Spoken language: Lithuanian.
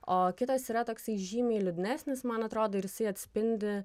o kitas yra toksai žymiai liūdnesnis man atrodo ir jisai atspindi